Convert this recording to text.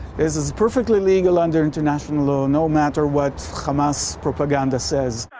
this is perfectly legal under international law no matter what hamas propaganda says.